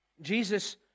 Jesus